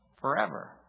forever